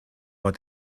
war